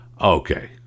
okay